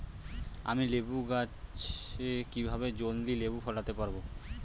আমি লেবু গাছে কিভাবে জলদি লেবু ফলাতে পরাবো?